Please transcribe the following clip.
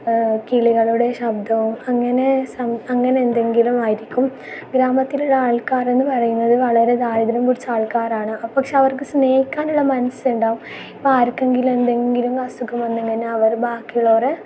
കിളികളുടെ ശബ്ദവും അങ്ങനെ സഗ് അങ്ങനെന്തെങ്കിലും ആയിരിക്കും ഗ്രാമത്തിലുള്ള ആൾക്കാർ എന്നു പറയുന്നത് വളരെ ദാരിദ്ര്യം പിടിച്ച ആൾക്കാരാണ് ആ പക്ഷേ അവർക്ക് സ്നേഹിക്കാനുള്ള മനസുണ്ടാകും ഇപ്പോ ആർക്കെങ്കിലും എന്തെങ്കിലും അസുഖം വന്നെങ്കിലന്നെ അവര് ബാക്കിയുള്ളവരെ